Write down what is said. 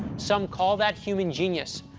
some call that human genius,